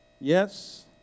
Yes